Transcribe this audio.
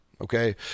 Okay